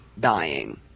dying